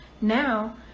Now